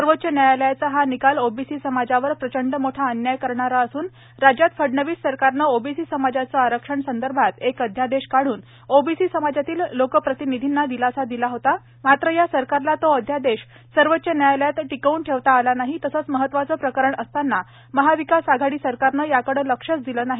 सर्वोच्च न्यायालयाचा हा निकाल ओबीसी समाजावर प्रचंड मोठा अन्याय करणारा असून राज्यात फडणवीस सरकारने ओबीसी समाजाचे आरक्षण संदर्भात एक अध्यादेश काढून ओबीसी समाजातील लोकप्रतिनिधीना दिलासा दिला होता मात्र या सरकारला तो अध्यादेश सर्वोच्च न्यायालयात टिकवन ठेवता आला नाही तसेच महत्वाचे प्रकरण असतांना महाविकास आघाडी सरकारने याकडे लक्षच दिले नाही